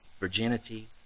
virginity